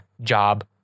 job